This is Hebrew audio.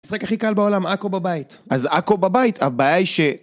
שיחק הכי קל בעולם עכו בבית, אז עכו בבית הבעיה היא ש...